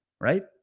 right